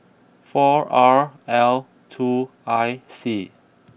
four R L two I C